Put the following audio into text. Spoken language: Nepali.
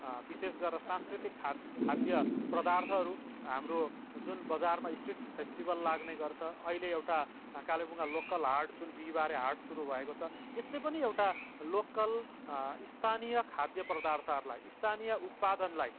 विशेष गरेर सांस्कृतिक खाद्य पदार्थहरू हाम्रो जुन बजारमा स्ट्रिट फेस्टिभल लाग्ने गर्छ र अहिले एउटा कालेबुङमा लोकल हाट जुन बिहीबारे हाट सुरु भएको छ यसले पनि एउटा लोकल स्थानीय खाद्य पदार्थहरू लाई स्थानीय उत्पादनलाई